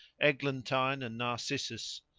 eglantine and narcissus,